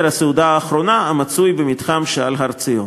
הסעודה האחרונה המצוי במתחם שעל הר-ציון.